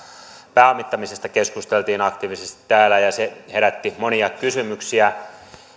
pääomittamisesta keskusteltiin aktiivisesti täällä ja se herätti monia kysymyksiä